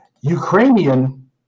Ukrainian